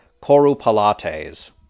corupalates